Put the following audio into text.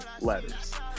letters